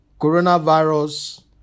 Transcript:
coronavirus